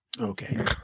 Okay